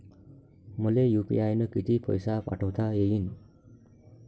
मले यू.पी.आय न किती पैसा पाठवता येईन?